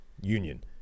union